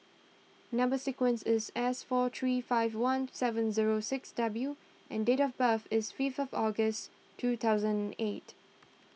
Number Sequence is S four three five one seven zero six W and date of birth is fifth August two thousand eight